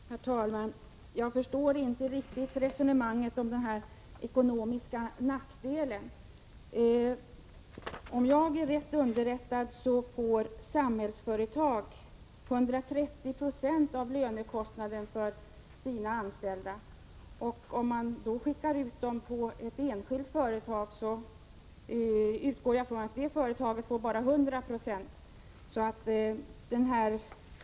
Herr talman! Jag förstår inte riktigt resonemanget om de ekonomiska nackdelarna. Om jag är riktigt underrättad får Samhällsföretag 130 90 av lönekostnaden för sina anställda. Skickar man ut dem till ett enskilt företag utgår jag från att det företaget får bara 100 96.